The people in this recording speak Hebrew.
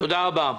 תודה רבה.